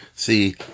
See